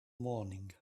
morning